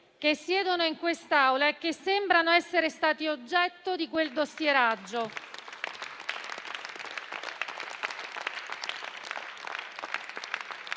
che siedono in quest'Aula e che sembrano essere stati oggetto di quel dossieraggio.